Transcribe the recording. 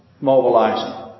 mobilizing